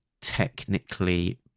technically